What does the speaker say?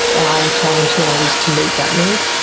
our challenge now is to meet that need.